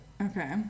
Okay